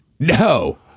no